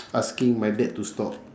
asking my dad to stop